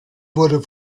wurde